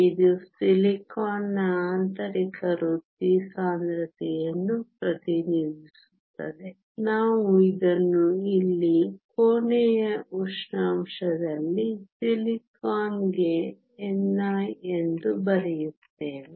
ಇದು ಸಿಲಿಕಾನ್ನ ಆಂತರಿಕ ವೃತ್ತಿ ಸಾಂದ್ರತೆಯನ್ನು ಪ್ರತಿನಿಧಿಸುತ್ತದೆ ನಾವು ಇದನ್ನು ಇಲ್ಲಿ ಕೋಣೆಯ ಉಷ್ಣಾಂಶದಲ್ಲಿ ಸಿಲಿಕಾನ್ಗೆ ni ಎಂದು ಬರೆಯುತ್ತೇವೆ